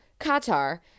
Qatar